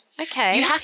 Okay